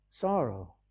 Sorrow